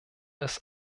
ist